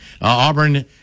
Auburn